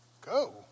Go